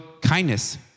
kindness